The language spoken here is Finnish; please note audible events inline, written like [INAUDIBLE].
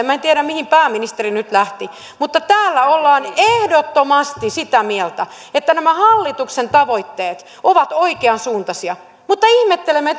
minä en tiedä mihin pääministeri nyt lähti mutta täällä ollaan ehdottomasti sitä mieltä että nämä hallituksen tavoitteet ovat oikeansuuntaisia mutta ihmettelemme [UNINTELLIGIBLE]